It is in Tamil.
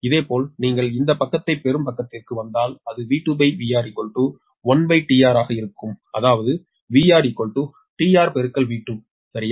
இதேபோல் நீங்கள் இந்த பக்கத்தைப் பெறும் பக்கத்திற்கு வந்தால் அது V2VR1tR ஆக இருக்கும் அதாவது 𝑽𝑹 your 𝒕𝑹∗𝑽𝟐 சரியா